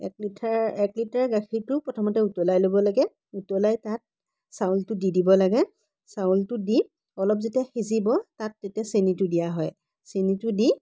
এক লিটাৰ এক লিটাৰ গাখীৰটো প্ৰথমতে উতলাই ল'ব লাগে উতলাই তাত চাউলটো দি দিব লাগে চাউলটো দি অলপ যেতিয়া সিজিব তাত তেতিয়া চেনিটো দিয়া হয় চেনিটো দি